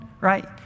right